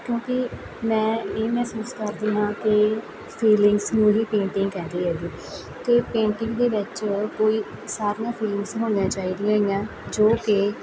ਕਿਉਂਕਿ ਮੈਂ ਇਹ ਮਹਿਸੂਸ ਕਰਦੀ ਹਾਂ ਕਿ ਫੀਲਿੰਗਸ ਨੂੰ ਹੀ ਪੇਟਿੰਗ ਕਹਿੰਦੇ ਹੈਗੇ ਅਤੇ ਪੇਂਟਿੰਗ ਦੇ ਵਿੱਚ ਕੋਈ ਸਾਰੀਆਂ ਫੀਲਿੰਗਸ ਹੋਣੀਆਂ ਚਾਹੀਦੀਆਂ ਹੈਗੀਆਂ ਜੋ ਕਿ